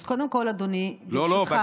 אז קודם כול, אדוני, ברשותך,